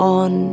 on